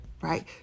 right